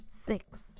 six